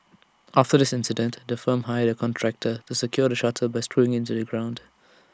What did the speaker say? after this incident the firm hired A contractor to secure the shutter by screwing IT into the ground